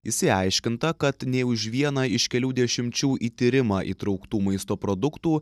išsiaiškinta kad nei už vieną iš kelių dešimčių į tyrimą įtrauktų maisto produktų